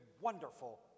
wonderful